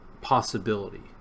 possibility